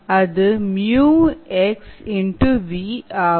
அது 𝜇 𝑥 𝑉 ஆகும்